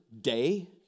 day